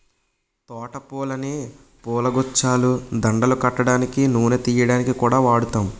తోట పూలని పూలగుచ్చాలు, దండలు కట్టడానికి, నూనె తియ్యడానికి కూడా వాడుతాం